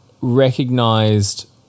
recognized